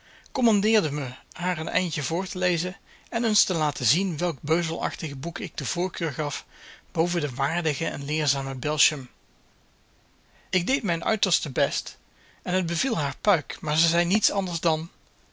commandeerde me haar een eindje voor te lezen en eens te laten zien welk beuzelachtig boek ik de voorkeur gaf boven den waardigen en leerzamen belsham ik deed mijn uiterste best en t beviel haar puik maar ze zei niets anders dan